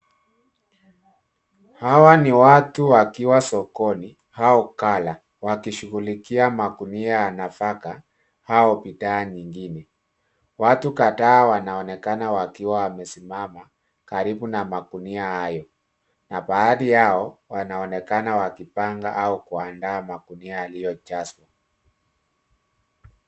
Hawa ni watu wakiwa sokoni au ghala wakishughulikia magunia ya nafaka au bidhaa nyingine. Watu kadhaa wanaonekana wakiwa wamesimama karibu na magunia hayo na baadhi yao wanaonekana wakipanga au kuandaa magunia yaliyojazwa.